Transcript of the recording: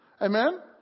Amen